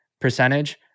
percentage